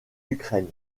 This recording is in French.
ukraine